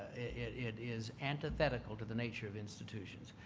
it it is antithetical to the nature of institutions,